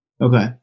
Okay